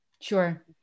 Sure